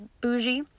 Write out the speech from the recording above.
bougie